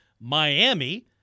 Miami